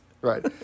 Right